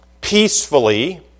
peacefully